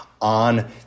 on